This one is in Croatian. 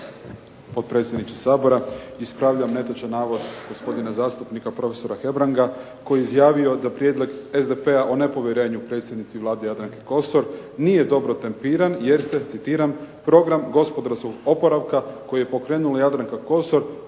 potpredsjedniče Sabora. Ispravljam netočan navod gospodina zastupnika prof. Hebranga koji je izjavio da prijedlog SDP-a o nepovjerenju predsjednici Vlade Jadranki Kosor nije dobro tempiran jer se, citiram: "Program gospodarskog oporavka koji je pokrenula Jadranka Kosor